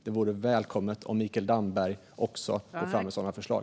Det vore välkommet om Mikael Damberg också gick fram med sådana förslag.